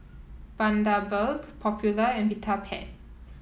Bundaberg Popular and Vitapet